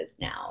now